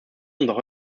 unserer